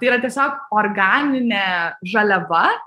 tai yra tiesiog organinė žaliava